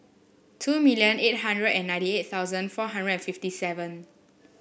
two million eight hundred and ninety eight thousand four hundred and fifty seven